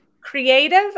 creative